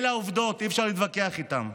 אלה העובדות, אי-אפשר להתווכח איתן.